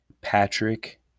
Patrick